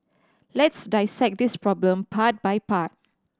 let's dissect this problem part by part